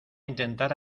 intentar